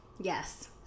Yes